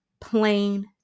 plain